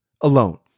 alone